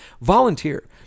volunteer